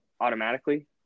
automatically